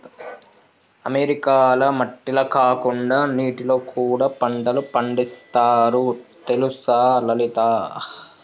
అమెరికాల మట్టిల కాకుండా నీటిలో కూడా పంటలు పండిస్తారు తెలుసా లలిత